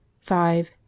five